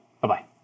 Bye-bye